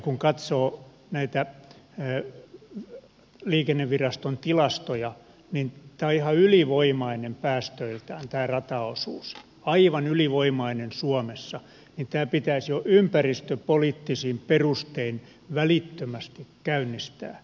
kun katsoo näitä liikenneviraston tilastoja niin tämä rataosuus on ihan ylivoimainen päästöiltään aivan ylivoimainen suomessa joten tämä pitäisi jo ympäristöpoliittisin perustein välittömästi käynnistää